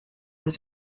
was